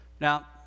Now